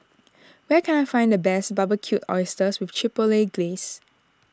where can I find the best Barbecued Oysters with Chipotle Glaze